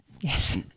Yes